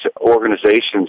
organizations